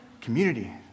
community